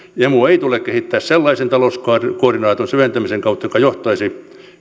emua ei tule kehittää sellaisen talouskoordinaation syventämisen kautta joka johtaisi